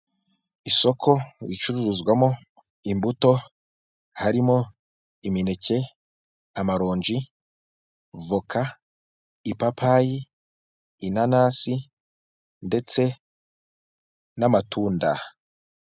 Isoko ricururizwamo imbuto harimo imineke, amaronji, voka, ipapayi, inanasi ndetse n'amatunda.